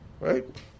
Right